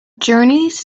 journeys